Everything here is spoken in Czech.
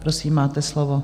Prosím, máte slovo.